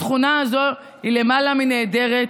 התכונה הזו היא למעלה מנהדרת,